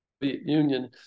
Union